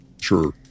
Sure